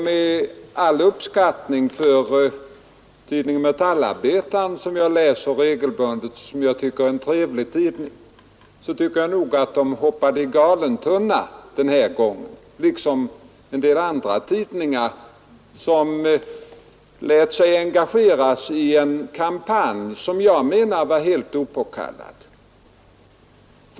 Med all uppskattning av tidningen Metallarbetaren, som jag läser regelbundet och tycker är en trevlig publikation, anser jag ändå att den hoppade i galen tunna denna gång när den liksom en del andra tidningar lät sig engageras i en kampanj, som jag menar var helt opåkallad.